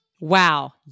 Wow